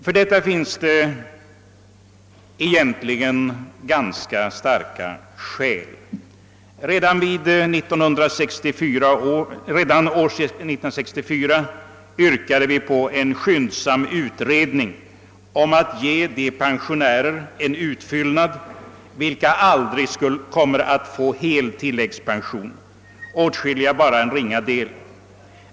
För detta finns det starka skäl. Redan år 1964 yrkade vi på en skyndsam utredning av förslaget att ge de pensionärer en utfyllnad, vilka aldrig kommer att erhålla hel tilläggspension — åtskilliga bara en ringa del.